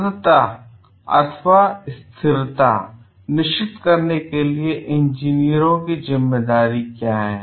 सततता अथवा स्थिरता सुनिश्चित करने के लिए इंजीनियरों की जिम्मेदारियां क्या हैं